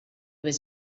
was